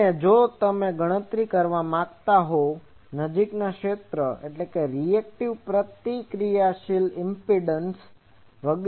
અને જો તમે ગણતરી કરવા માંગતા હોવ કે નજીકના ક્ષેત્રરીએક્ટીવ Reactiveપ્રતિક્રિયાશીલ ઈમ્પેડંસ Impedanceઅવરોધ વગેરે શું છે